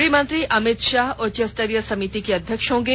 गृह मंत्री अमित शाह उच्च स्तरीय समिति के अध्यक्ष होंगे